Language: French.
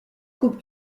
coupe